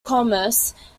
commerce